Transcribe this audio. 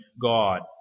God